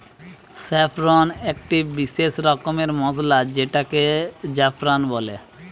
saffron একটি বিসেস রকমের মসলা যেটাকে জাফরান বলছে